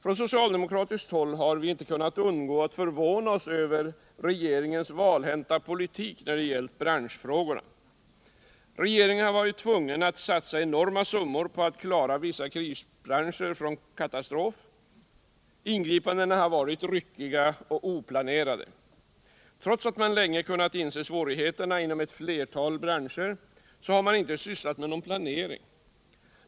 Från socialdemokratiskt håll har vi förvånat oss över regeringens valhänta politik när det gäller branschfrågorna. Regeringen har varit tvungen att satsa enorma summor på att klara vissa krisbranscher från katastrof. Ingripandena har varit ryckiga och oplanerade. Trots att man länge kunnat inse svårigheterna inom ett flertal branscher, har man inte sysslat med någon planering.